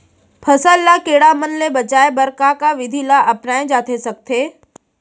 फसल ल कीड़ा मन ले बचाये बर का का विधि ल अपनाये जाथे सकथे?